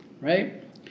Right